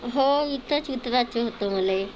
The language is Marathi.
हो इथंच उतरायचं होतं मला